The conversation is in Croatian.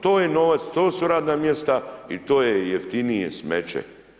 To je novac, to su radna mjesta i to je jeftinije smeće.